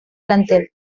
plantel